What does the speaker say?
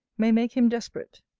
may make him desperate.